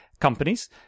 companies